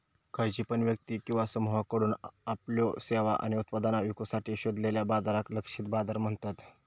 खयची पण व्यक्ती किंवा समुहाकडुन आपल्यो सेवा आणि उत्पादना विकुसाठी शोधलेल्या बाजाराक लक्षित बाजार म्हणतत